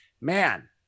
man